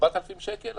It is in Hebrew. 4,000 שקל,